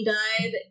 died